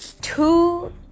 two